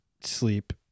sleep